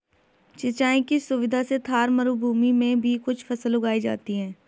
सिंचाई की सुविधा से थार मरूभूमि में भी कुछ फसल उगाई जाती हैं